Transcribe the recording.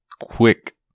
quick